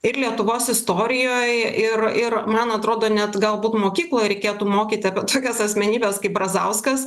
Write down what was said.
ir lietuvos istorijoj ir ir man atrodo net galbūt mokykloj reikėtų mokyti apie tokias asmenybes kaip brazauskas